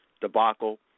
debacle